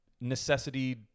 necessity